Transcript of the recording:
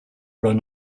run